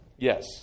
Yes